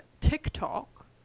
TikTok